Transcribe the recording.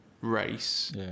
race